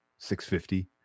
650